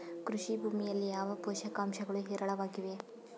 ಕೃಷಿ ಭೂಮಿಯಲ್ಲಿ ಯಾವ ಪೋಷಕಾಂಶಗಳು ಹೇರಳವಾಗಿವೆ?